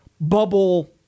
bubble